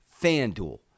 FanDuel